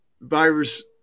virus